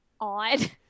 Odd